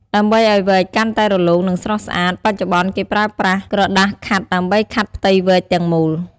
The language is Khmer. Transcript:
ដើម្បីឱ្យវែកកាន់តែរលោង និងស្រស់ស្អាត បច្ចុប្បន្នគេប្រើប្រាសើក្រដាសខាត់ដើម្បីខាត់ផ្ទៃវែកទាំងមូល។